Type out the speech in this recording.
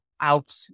out